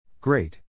Great